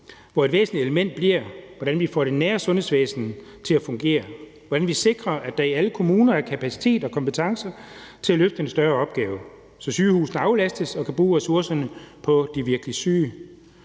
hvor et væsentligt element bliver, hvordan vi får det nære sundhedsvæsen til at fungere, og hvordan vi sikrer, at der i alle kommuner er kapacitet og kompetencer til at løfte en større opgave, så sygehusene aflastes og kan bruge ressourcerne på de virkelig syge.